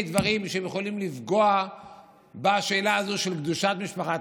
דברים שיכולים לפגוע בשאלה הזאת של קדושת המשפחה,